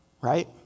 Right